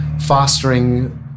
fostering